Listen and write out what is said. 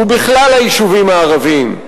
ובכלל היישובים הערביים.